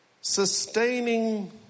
Sustaining